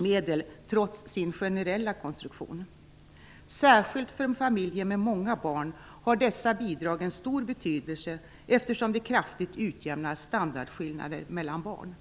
medel trots sin generella konstruktion. Särskilt för familjer med många barn har dessa bidrag en stor betydelse, eftersom de kraftigt utjämnar standardskillnader mellan barn.